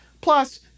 plus